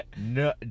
No